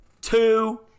two